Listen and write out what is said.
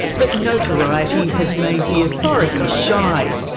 but notoriety has made the authorities shy.